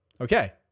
Okay